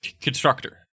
constructor